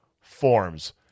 forms